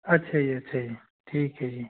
ਅੱਛਾ ਜੀ ਅੱਛਾ ਜੀ ਠੀਕ ਹੈ ਜੀ